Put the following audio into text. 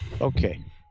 Okay